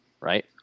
right